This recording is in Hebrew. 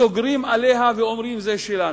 סוגרים עליה ואומרים: זה שלנו.